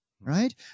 right